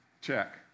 check